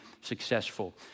successful